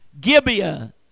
Gibeah